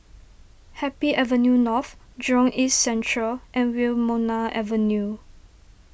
Happy Avenue North Jurong East Central and Wilmonar Avenue